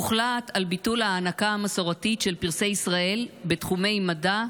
הוחלט על ביטול ההענקה המסורתית של פרסי ישראל בתחומי המדע,